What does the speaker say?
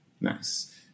Nice